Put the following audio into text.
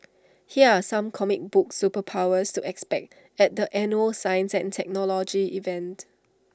here are some comic book superpowers to expect at the annual science and technology event